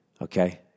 okay